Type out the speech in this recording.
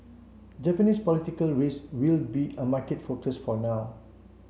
Japanese political risk will be a market focus for now